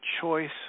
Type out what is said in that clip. choice